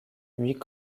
huit